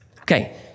Okay